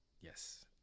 Yes